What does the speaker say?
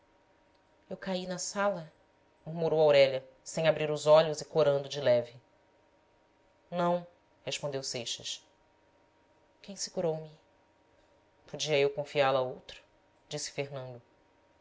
eu caí na sala murmurou aurélia sem abrir os olhos e corando de leve não respondeu seixas quem segurou me podia eu confiá la a outro disse fernando